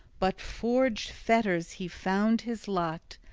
but forged fetters he found his lot,